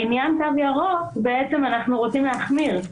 לעניין תו ירוק אנחנו רוצים להחמיר.